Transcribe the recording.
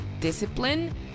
discipline